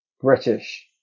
British